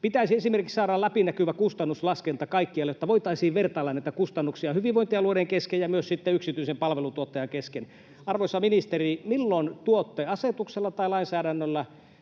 pitäisi esimerkiksi saada läpinäkyvä kustannuslaskenta kaikkialle, jotta voitaisiin vertailla näitä kustannuksia hyvinvointialueiden kesken ja myös sitten yksityisen palveluntuottajan kesken. Arvoisa ministeri, milloin tuotte asetuksella tai lainsäädännöllä